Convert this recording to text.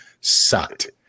sucked